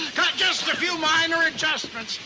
just a few minor adjustments